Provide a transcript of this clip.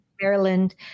Maryland